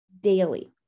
daily